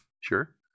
sure